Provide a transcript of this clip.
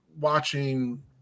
watching